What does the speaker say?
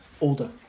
Older